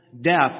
death